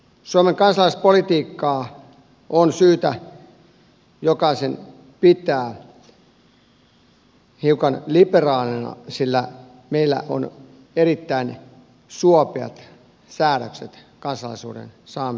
suomen kansalaispolitiikkaa on syytä jokaisen pitää hiukan liberaalina sillä meillä on erittäin suopeat säädökset kansalaisuuden saamiseksi